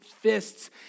fists